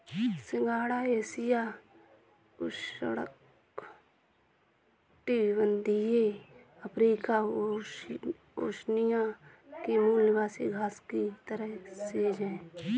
सिंघाड़ा एशिया, उष्णकटिबंधीय Africa, Oceania के मूल निवासी घास की तरह सेज है